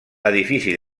edifici